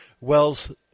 Wells